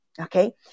okay